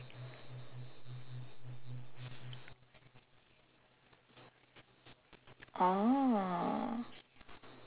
oh